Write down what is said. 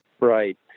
Right